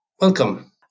welcome